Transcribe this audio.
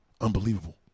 Unbelievable